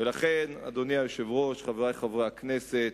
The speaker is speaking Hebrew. ולכן, אדוני היושב-ראש, חברי חברי הכנסת,